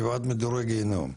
זה שבעת מדורי גיהינום.